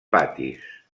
patis